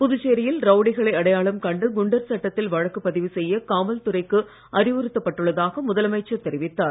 புதுச்சேரியில் ரவுடிகளை அடையாளம் கண்டு குண்டர் சட்டத்தில் வழக்குப் பதிவு செய்ய காவல் துறைக்கு அறிவுறுத்தப் பட்டுள்ளதாக முதலமைச்சர் தெரிவித்தார்